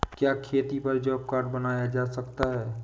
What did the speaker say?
क्या खेती पर जॉब कार्ड बनवाया जा सकता है?